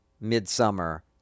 midsummer